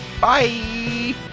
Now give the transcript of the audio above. bye